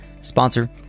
sponsor